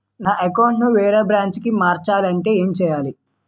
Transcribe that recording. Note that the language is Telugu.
నా అకౌంట్ ను వేరే బ్రాంచ్ కి మార్చాలి అంటే ఎం చేయాలి?